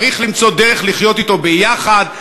צריך למצוא דרך לחיות אתו ביחד,